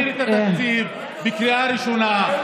להעביר את התקציב בקריאה ראשונה,